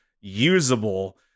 usable